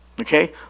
Okay